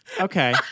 okay